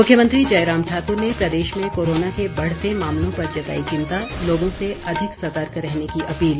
मुख्यमंत्री जयराम ठाकुर ने प्रदेश में कोरोना के बढ़ते मामलों पर जताई चिंता लोगों से अधिक सतर्क रहने की अपील